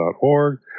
org